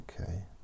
Okay